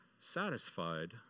satisfied